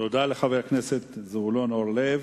תודה לחבר הכנסת זבולון אורלב.